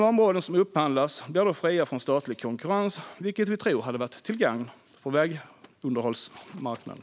De områden som upphandlas blir då fria från statlig konkurrens, vilket vi tror hade varit till gagn för vägunderhållsmarknaden.